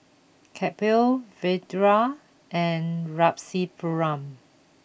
Kapil Vedre and Rasipuram